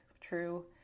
True